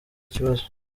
ikibazo